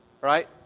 right